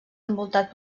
envoltat